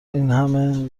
اینهمه